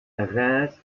reims